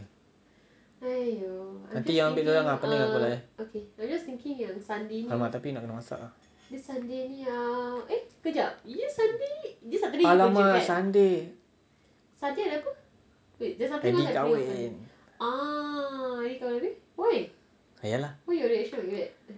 nanti you ambil dia orang ah pening aku nak layan !alamak! tapi nak kena masak ah !alamak! sunday eddie kahwin ya lah